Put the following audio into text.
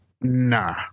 Nah